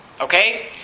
Okay